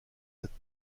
cette